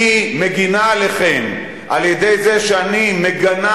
אני מגינה עליכם על-ידי זה שאני מגנה